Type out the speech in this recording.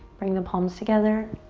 bring the palms together.